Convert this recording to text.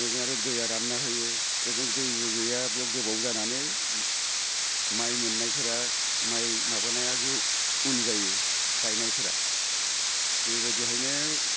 ओजों आरो दैया रानना होयो ओजों दैबो गैया बेयाव गोबाव जानानै माइ मोननायफोरा माइ माबानाया उन जायो गायनायफोराष बेबायदिहायनो